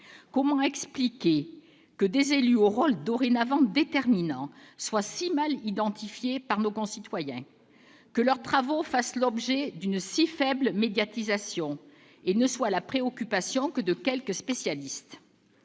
Comment expliquer que des élus, dont le rôle est dorénavant déterminant, soient si mal identifiés par nos concitoyens, que leurs travaux fassent l'objet d'une si faible médiatisation et ne préoccupent que quelques spécialistes ?